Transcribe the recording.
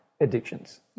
addictions